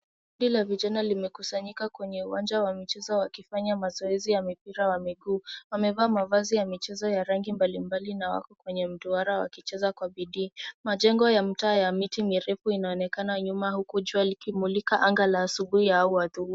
Kundi la vijana wamekusanyika katika uwanja wa michezo wakifanya mazoezi ya mipira wa miguu. Wamevaa mavazi ya michezo ya rangi mbalimbali, na wako kwenye mduara wakicheza kwa bidii. Majengo ya mtaa ya miti mirefu yanaonekana nyuma huku jua likimulika anga la asubuhi, au adhuhuri.